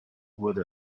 wurde